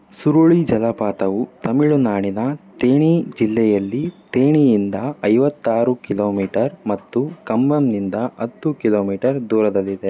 ಸುರುಳಿ ಜಲಪಾತವು ತಮಿಳುನಾಡಿನ ತೇಣಿ ಜಿಲ್ಲೆಯಲ್ಲಿ ತೇಣಿಯಿಂದ ಐವತ್ತಾರು ಕಿಲೋಮೀಟರ್ ಮತ್ತು ಕಂಬಮ್ನಿಂದ ಹತ್ತು ಕಿಲೋಮೀಟರ್ ದೂರದಲ್ಲಿದೆ